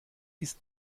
ist